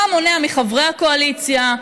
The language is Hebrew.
מה מונע מחברי הקואליציה,